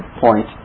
point